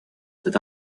that